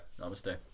Namaste